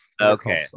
Okay